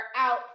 out